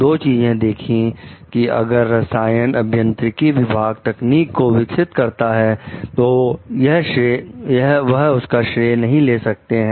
दो चीजें देखी कि अगर रसायन अभियंत्रिकी विभाग तकनीक को विकसित करता है तो वह उसका श्रेय नहीं ले सकते हैं